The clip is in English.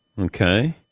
okay